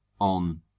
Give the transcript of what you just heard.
on